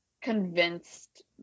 convinced